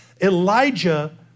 Elijah